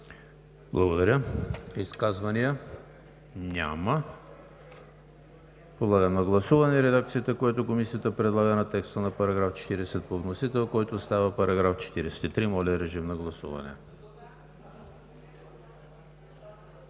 Благодаря Ви. Изказвания? Няма.